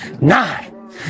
Nine